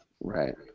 Right